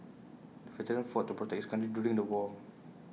the veteran fought to protect his country during the war